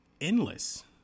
endless